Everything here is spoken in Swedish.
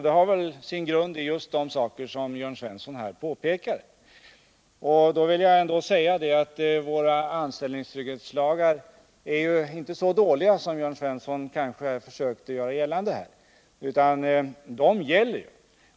Det har väl sin grund i just de förhållanden som Jörn Svensson nämnde. Våra anställningstrygghetslagar är inte så dåliga som Jörn Svensson försökte påstå, utan de fungerar.